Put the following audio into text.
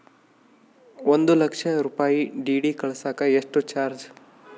ಒಂದು ಲಕ್ಷ ರೂಪಾಯಿ ಡಿ.ಡಿ ಕಳಸಾಕ ಎಷ್ಟು ಚಾರ್ಜ್?